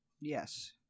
Yes